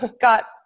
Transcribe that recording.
got